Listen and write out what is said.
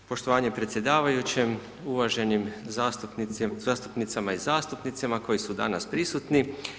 Poštovanje predsjedavajućem uvaženim zastupnicama i zastupnicima koji su danas prisutni.